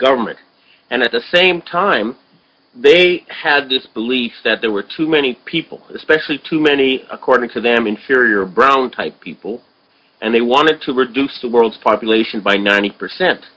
government and at the same time they had this belief that there were too many people especially too many according to them inferior brown type people and they wanted to reduce the world's population by ninety percent